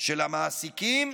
של המעסיקים,